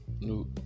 no